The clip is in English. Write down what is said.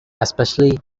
especially